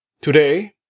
Today